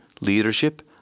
leadership